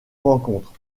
rencontres